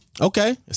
Okay